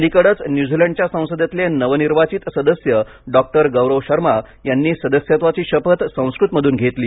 अलिकडेच न्यूझिलंडच्या संसदेतले नवनिर्वाचित सदस्य डॉक्टर गौरव शर्मा यांनी सदस्यत्वाची शपथ संस्कृतमधून घेतली